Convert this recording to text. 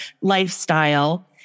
lifestyle